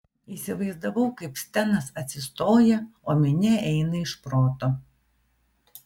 įsivaizdavau kaip stenas atsistoja o minia eina iš proto